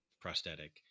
prosthetic